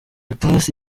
ipasi